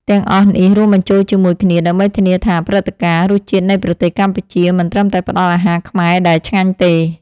ទាំងអស់នេះរួមបញ្ចូលជាមួយគ្នា ដើម្បីធានាថា ព្រឹត្តិការណ៍ “រសជាតិនៃប្រទេសកម្ពុជា” មិនត្រឹមតែផ្តល់អាហារខ្មែរដែលឆ្ងាញ់ទេ